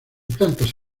plantas